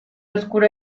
oscuro